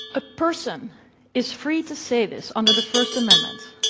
ah person is free to say this under the first amendment,